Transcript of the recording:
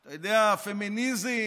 אתה יודע, פמיניזם,